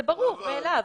זה ברור מאליו,